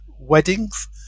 weddings